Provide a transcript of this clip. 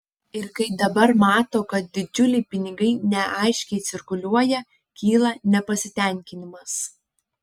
ir kai dabar mato kad didžiuliai pinigai neaiškiai cirkuliuoja kyla nepasitenkinimas